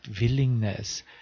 willingness